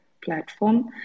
platform